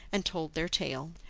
and told their tale.